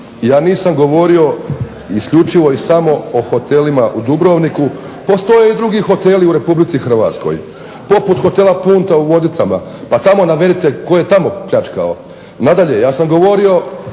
ja nisam govorio isključivo i samo o hotelima u Dubrovniku, postoje i drugi hoteli u RH. Poput hotela Punta u Vodicama, pa tamo navedite tko je tamo pljačkao. Nadalje, ja sam govorio